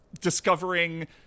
discovering